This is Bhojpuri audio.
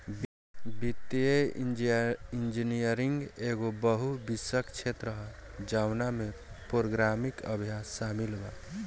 वित्तीय इंजीनियरिंग एगो बहु विषयक क्षेत्र ह जवना में प्रोग्रामिंग अभ्यास शामिल बा